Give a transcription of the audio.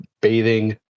bathing